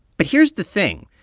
but here's the thing.